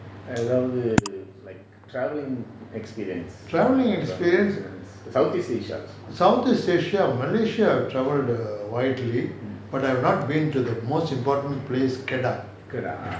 travelling experience southeast asia malaysia I've travelled err widely but I've not been to the most important place kedah